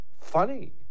funny